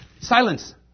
silence